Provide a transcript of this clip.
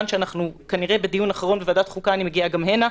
מכיוון שאנחנו כנראה בדיון האחרון בוועדת החוקה אני מגיעה גם לכאן.